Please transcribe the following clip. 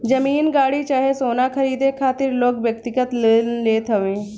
जमीन, गाड़ी चाहे सोना खरीदे खातिर लोग व्यक्तिगत लोन लेत हवे